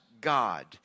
God